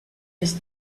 his